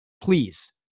Please